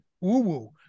woo-woo